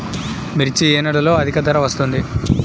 మిర్చి ఏ నెలలో అధిక ధర వస్తుంది?